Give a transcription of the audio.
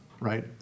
right